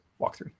walkthrough